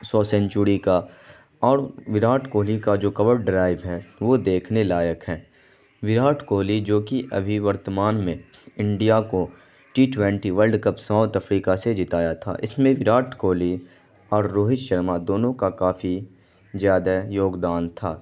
سو century کا اور وراٹ کوہلی کا جو کور ڈرائیو ہے وہ دیکھنے لائق ہے وراٹ کوہلی جو کہ ابھی ورتمان میں انڈیا کو T twenty World Cup South Africa سے جتایا تھا اس میں وراٹ کوہلی اور روہت شرما دونوں کا کافی زیادہ یوگدان تھا